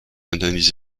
analyse